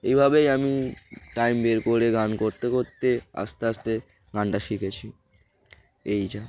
এইভাবেই আমি টাইম বের করে গান করতে করতে আস্তে আস্তে গানটা শিখেছি এই যা